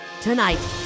Tonight